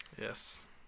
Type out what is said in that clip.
Yes